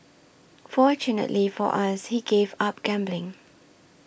fortunately for us he gave up gambling